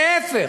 להפך.